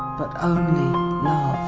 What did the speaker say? but only